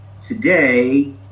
Today